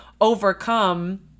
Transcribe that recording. overcome